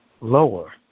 lower